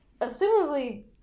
assumably